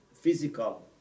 physical